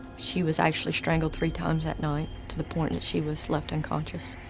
she was actually strangled three times that night to the point that she was left unconscious.